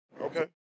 Okay